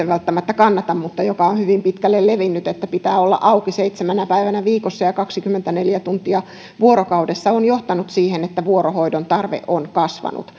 välttämättä kannata mutta joka on hyvin pitkälle levinnyt että pitää olla auki seitsemänä päivänä viikossa ja kaksikymmentäneljä tuntia vuorokaudessa on johtanut siihen että vuorohoidon tarve on kasvanut